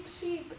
sheep